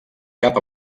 cap